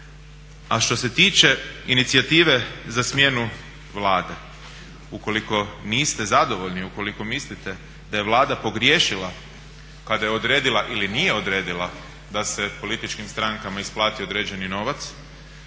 A što se tiče inicijative za smjenu Vlade. Ukoliko niste zadovoljni, ukoliko mislite da je Vlada pogriješila kada je odredila ili nije odredila da se političkim strankama isplati određeni novac